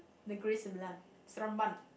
Negeri Sembilan Seremban